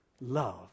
Love